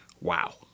Wow